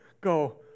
go